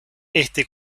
este